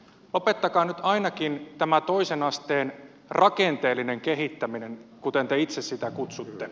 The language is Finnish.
lopettakaa nyt ainakin tämä toisen asteen rakenteellinen kehittäminen kuten te itse sitä kutsutte